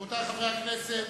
רבותי חברי הכנסת,